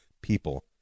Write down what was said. people